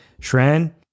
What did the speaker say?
Shran